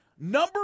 Number